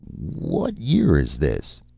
what year is this?